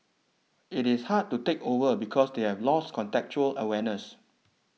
it is hard to take over because they have lost contextual awareness